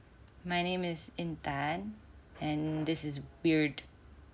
my name is Intan and this is weird